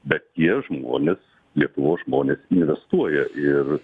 bet tie žmonės lietuvos žmonės investuoja ir